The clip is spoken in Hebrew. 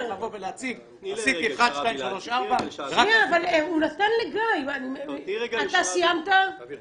עשיתי 1, 2, 3, 4. אני רק אסיים.